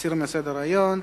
להסיר מסדר-היום.